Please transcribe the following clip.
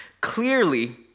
clearly